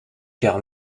car